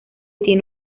tiene